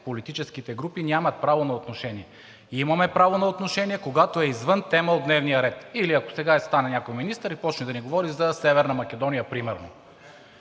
политическите групи, нямат право на отношение. Имаме право на отношение, когато е извън тема от дневния ред или ако сега стане някой министър и започне да ни говори за Северна Македония примерно.